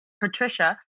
Patricia